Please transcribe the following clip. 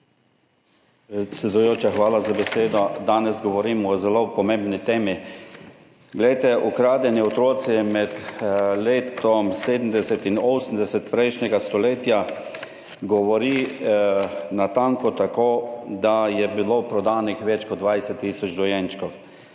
Predsedujoča, hvala za besedo. Danes govorimo o zelo pomembni temi. O ukradenih otrocih se med letoma 1970 in 1980 prejšnjega stoletja govori natanko tako, da je bilo prodanih več kot 20 tisoč dojenčkov,